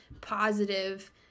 positive